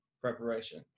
preparation